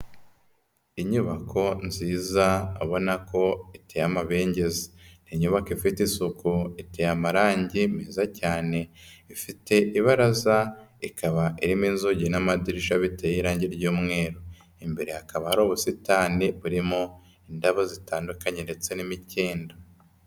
Inyubako nziza ubona ko iteye amabengeza. Ni inyubako ifite isuku, iteye amarangi meza cyane, ifite ibaraza, ikaba irimo inzugi n'amadirisha biteye irangi ry'umweru. Imbere hakaba hari ubusitani burimo indabo zitandukanye ndetse n'imikindo.